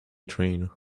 train